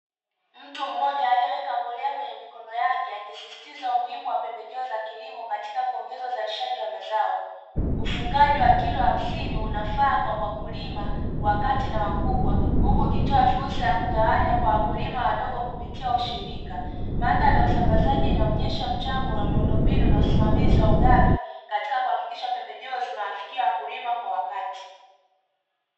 Mtu mmoja alioweka mbolea kwenye mikono yake akisisitiza umuhimu wa pembejeo za kilimo katika kuongeza uzalishaji wa mazao, ufungaji wa kilo 50 unafaa kwa kulima wakati na wakubwa, huku ukitoa fursa ya kugawanya kwa wakulima wadogo kupitia ushirika wa usambazaji inaonyesha mchango wa miundombinu na wasimamizi wa ugavi katika kuhakikisha pembejeo zinawafikia wakulima kwa wakati.